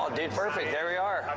um dude perfect. there we are.